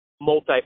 multi